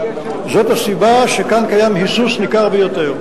זאת הסיבה שכאן קיים היסוס ניכר ביותר.